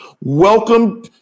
Welcome